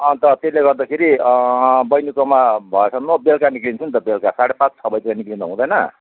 अन्त त्यसलेगर्दाखेरि बहिनीकोमा भएछ भने म बेलुका निक्लन्छु नि त बेलुका साढे पाँच छ बजीतिर निक्लँदा हुँदैन